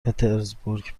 پترزبورگ